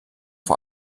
vor